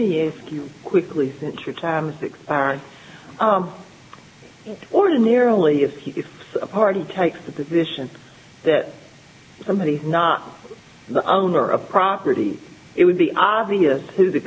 me ask you quickly six ordinarily if it's a party takes the position that somebody's not the owner of property it would be obvious to the